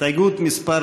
הסתייגות מס'